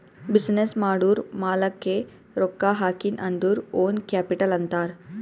business ಮಾಡೂರ್ ಮಾಲಾಕ್ಕೆ ರೊಕ್ಕಾ ಹಾಕಿನ್ ಅಂದುರ್ ಓನ್ ಕ್ಯಾಪಿಟಲ್ ಅಂತಾರ್